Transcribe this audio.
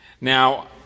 Now